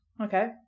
Okay